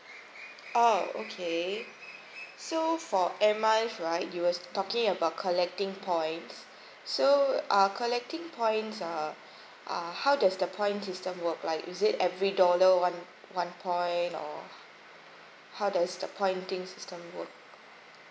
oh okay so for air miles right you were talking about collecting points so uh collecting points uh uh how does the point system work like is it every dollar one one point or how does the point thing system work